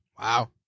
Wow